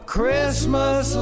Christmas